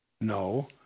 No